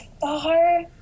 far